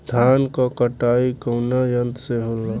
धान क कटाई कउना यंत्र से हो?